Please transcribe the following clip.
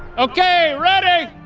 okay, ready?